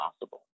possible